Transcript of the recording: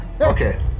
Okay